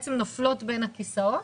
שבעצם נופלות בין הכיסאות